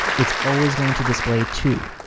it's always going to display two.